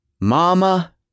Mama